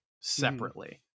separately